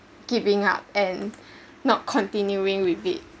giving up and not continuing with it